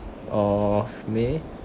of may